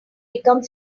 become